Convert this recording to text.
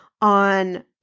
on